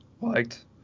liked